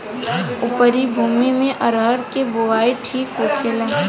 उपरी भूमी में अरहर के बुआई ठीक होखेला?